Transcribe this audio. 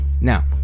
Now